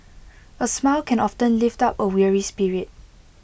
A smile can often lift up A weary spirit